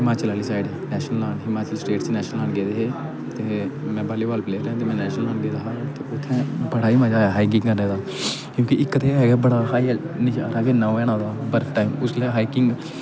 हिमाचल आह्ली side international Himachal state national लान गेदे हे ते में वालीबाल प्लेयर ऐं ते में नेशनल लाना गेआ ते उत्थै बड़ा ही मजा आया हा हाइकिंग करने दा क्योंकि इक ते है गै बड़ा हाई नजारा गै इ'न्ना ना उ'दा बर्फ टाइप